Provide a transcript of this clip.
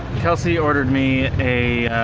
kelsey ordered me a, ah,